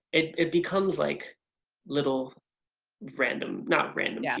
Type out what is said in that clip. it becomes like little random, not random yeah